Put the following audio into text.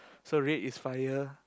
so red is fire